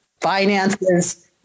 finances